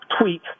tweet